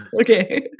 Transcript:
Okay